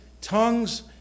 tongues